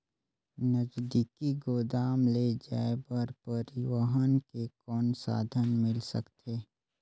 नजदीकी गोदाम ले जाय बर परिवहन के कौन साधन मिल सकथे?